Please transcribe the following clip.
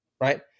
right